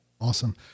Awesome